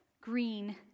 green